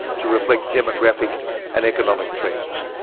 to reflect demographic and economic trends.